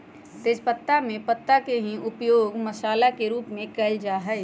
तेजपत्तवा में पत्ता के ही उपयोग मसाला के रूप में कइल जा हई